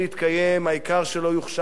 העיקר שלא יוחשך המסך,